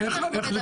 איך זה קורה?